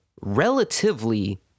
relatively